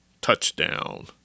touchdown